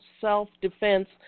self-defense